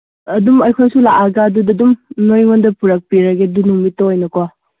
ꯑꯗꯨꯝ ꯑꯩꯈꯣꯏꯁꯨ ꯂꯥꯛꯑꯒ ꯑꯗꯨꯗ ꯑꯗꯨꯝ ꯅꯣꯏꯉꯣꯟꯗ ꯄꯨꯂꯞ ꯄꯤꯔꯒꯦ ꯑꯗꯨꯏ ꯅꯨꯃꯤꯠꯇ ꯑꯣꯏꯅꯀꯣ